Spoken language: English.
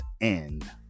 end